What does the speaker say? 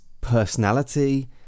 personality